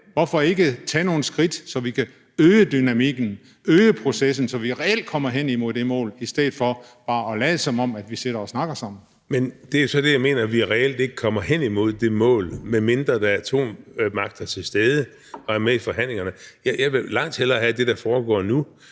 Hvorfor ikke tage nogen skridt, så vi kan øge dynamikken, øge processen, så vi reelt komme hen imod det mål, i stedet for bare at lade, som om vi sidder og snakker sammen? Det er det andet spørgsmål. Kl. 15:36 Søren Espersen (DF): Men det mål er jo så det, jeg mener at vi reelt ikke kommer hen imod, medmindre der er atommagter til stede, som er med i forhandlingerne. Jeg vil langt hellere have det, der foregår nu